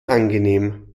angenehm